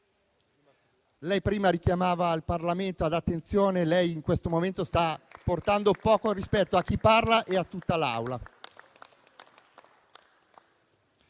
lei prima richiamava il Parlamento all'attenzione, ma lei in questo momento sta portando poco rispetto a chi parla e a tutta l'Assemblea.